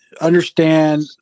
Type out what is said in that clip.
understand